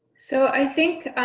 so i think,